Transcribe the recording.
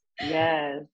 Yes